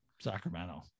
Sacramento